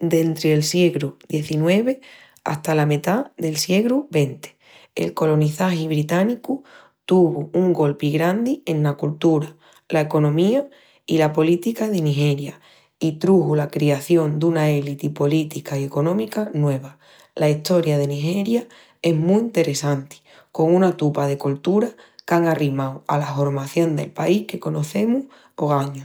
dentri'l siegru XIX hata la metá del siegru XX. El colonizagi británicu tuvu un golpi grandi ena coltura, la economía i la política de Nigeria, i truxu la criación duna eliti política i económica nueva. La estoria de Nigeria es mu enteressanti, con una tupa de colturas qu'an arrimau ala hormación del país que conocemus ogañu.